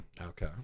Okay